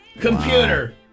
Computer